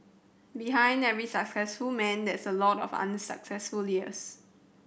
behind every successful man there's a lot of unsuccessful years